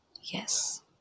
Yes